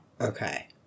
Okay